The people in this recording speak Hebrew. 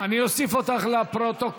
38, אני אוסיף אותך לפרוטוקול.